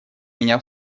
меня